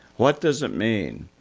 what does it mean?